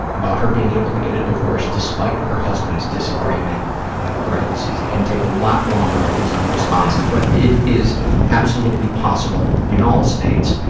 about her being able to get a divorce despite her husband's disagreement, and then in parentheses, it can take a lot longer if he's unresponsive but it is absolutely possible in all states,